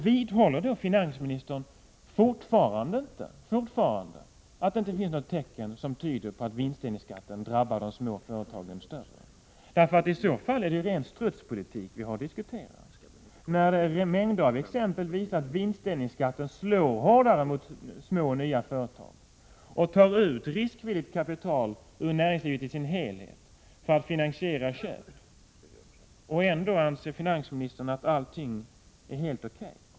Vidhåller finansministern fortfarande att det inte finns något tecken som tyder på att vinstdelningsskatten drabbar de små företagen hårdare? I så fall är det ren strutspolitik vi har diskuterat. Mängder av exempel visar att vinstdelningsskatten slår hårdare mot små och nya företag, att riskvilligt kapital tas från näringslivet i dess helhet för att finansiera köp. Ändå anser finansministern att allting är helt O.K.